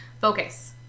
Focus